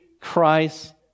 christ